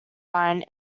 line